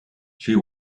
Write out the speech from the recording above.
she